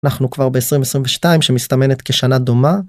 אנחנו כבר ב-2022 שמסתמנת כשנה דומה.